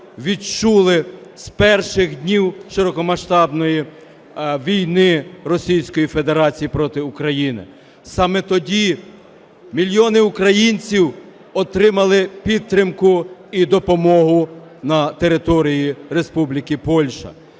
відчули з перших днів широкомасштабної війни Російської Федерації проти України. Саме тоді мільйони українців отримали підтримку і допомогу на території Республіки Польща.